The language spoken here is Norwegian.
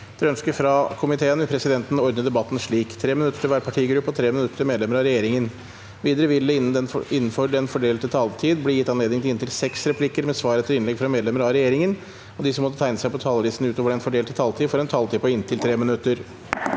og miljøkomiteen vil presidenten ordne debatten slik: 3 minutter til hver partigruppe og 3 minutter til medlemmer av regjeringen. Videre vil det – innenfor den fordelte taletid – bli gitt anledning til replikker med svar etter innlegg fra medlemmer av regjeringa, og de som måtte tegne seg på talerlisten utover den fordelte taletid, får også en taletid på inntil 3 minutter.